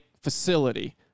facility